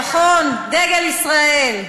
נכון, דגל ישראל.